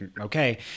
okay